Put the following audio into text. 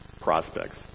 prospects